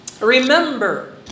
Remember